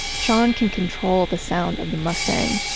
shawn can control the sound of the mustang.